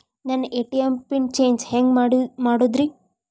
ನನ್ನ ATM PIN change ಹೆಂಗ್ ಮಾಡೋದ್ರಿ?